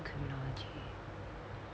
criminology